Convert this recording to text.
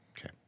Okay